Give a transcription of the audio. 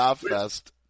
fest